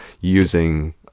using